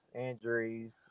injuries